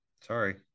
sorry